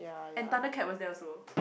and Thundercat was there also